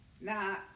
Now